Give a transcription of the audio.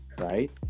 right